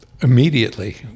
Immediately